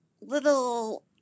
little